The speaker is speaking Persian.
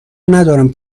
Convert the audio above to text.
ندارم